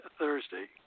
Thursday